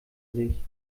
sich